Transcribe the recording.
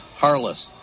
Harless